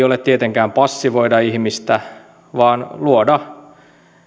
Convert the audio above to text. ole tietenkään passivoida ihmistä vaan luoda